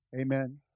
Amen